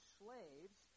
slaves